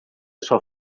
sua